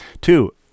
Two